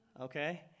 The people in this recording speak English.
Okay